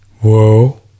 Whoa